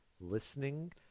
listening